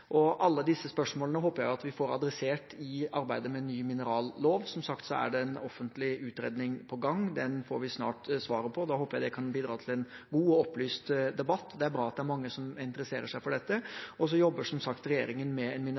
Alle disse spørsmålene håper jeg vi får adressert i arbeidet med ny minerallov. Som sagt, er det en offentlig utredning på gang. Den får vi snart svar på. Da håper jeg det kan bidra til en god og opplyst debatt. Det er bra at det er mange som interesserer seg for dette. Så jobber som sagt regjeringen med en